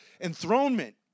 enthronement